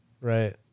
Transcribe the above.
Right